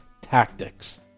tactics